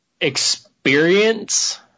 experience